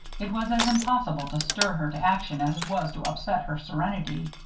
it was as impossible to stir her to action as it was to upset her serenity.